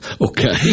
Okay